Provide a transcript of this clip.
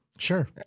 Sure